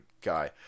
guy